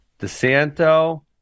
DeSanto